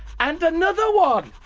and another one.